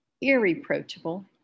irreproachable